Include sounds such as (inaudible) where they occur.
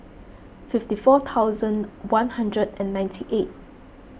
fifty four (unintelligible) one hundred and ninety eight